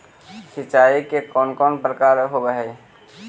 सिंचाई के कौन कौन प्रकार होव हइ?